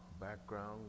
background